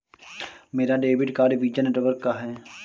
मेरा debit card Visa network का है